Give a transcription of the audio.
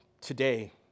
today